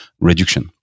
reduction